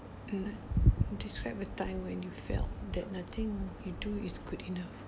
describe a time when you felt that nothing you do is good enough